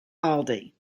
aldi